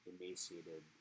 emaciated